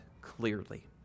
clearly